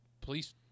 police